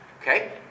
okay